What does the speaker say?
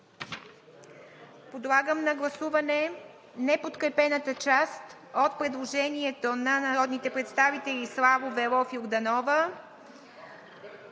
Подлагам на гласуване неподкрепената част от предложението на народните представители Атанас Славов,